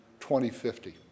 2050